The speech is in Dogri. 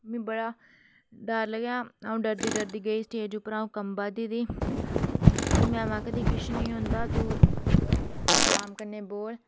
बड़ा डर लग्गेआ डरदी डरदी गेई स्टेज उप्पर स्टेज उप्परा कम्बा दी ही मिगी मैम आखदे हे कि किश नेईं होंदा आराम कन्नै बोल